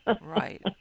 right